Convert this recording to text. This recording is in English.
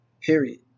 Period